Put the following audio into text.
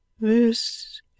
This